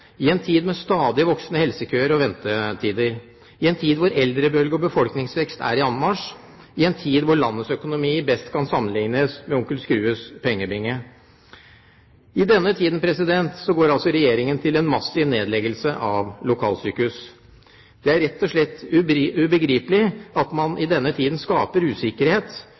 i en tid med stadig voksende helsekøer og ventetider, i en tid hvor eldrebølge og befolkningsvekst er i anmarsj, og i en tid hvor landets økonomi best kan sammenlignes med onkel Skrues pengebinge. I denne tiden går altså Regjeringen til en massiv nedleggelse av lokalsykehus. Det er rett og slett ubegripelig at man i denne tiden skal skape usikkerhet